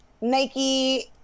Nike